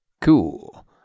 Cool